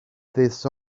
this